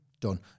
done